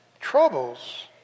troubles